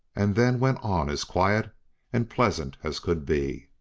and then went on as quiet and pleasant as could be.